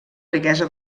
riquesa